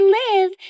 live